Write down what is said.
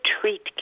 treat